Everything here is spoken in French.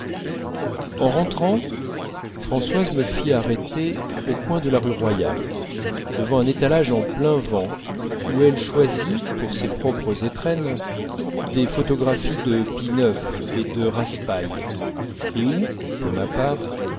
en rentrant françoise me fit arrêter au coin de la rue royale devant un étalage en plein vent où elle choisit pour ses propres étrennes des photographies de pie ix et de raspail et où pour ma part